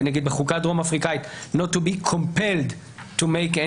למשל בחוקה הדרום אפריקאית נוט טו בי קומפלד - אז